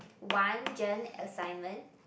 one gen assignment